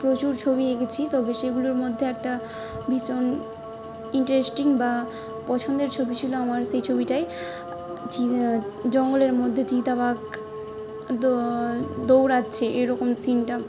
প্রচুর ছবি এঁকেছি তবে সেগুলোর মধ্যে একটা ভীষণ ইন্টারেস্টিং বা পছন্দের ছবি ছিলো আমার সেই ছবিটাই জঙ্গলের মধ্যে চিতা বাঘ দৌড়াচ্ছে এরকম সিনটা